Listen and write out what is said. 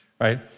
right